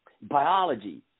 biology